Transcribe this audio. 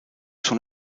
son